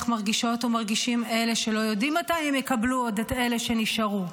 איך מרגישות ומרגישים אלה שלא יודעים מתי הם עוד יקבלו את אלה שנשארו.